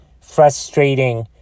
frustrating